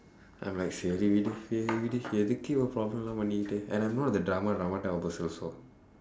I'm like சரி விடு:sari vidu சரி விடு:sari vidu எதுக்கு இந்த:ethukku indtha problemla பண்ணிக்கிட்டு:pannikkitdu and I'm not the drama drama type of person also